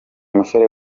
musore